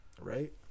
right